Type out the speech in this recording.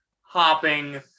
hopping